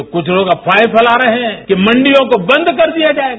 तो कुछ लोग अफवाहें फैला रहे हैं कि मंडियों को बंद कर दिया जायेगा